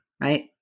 right